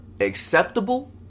acceptable